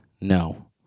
No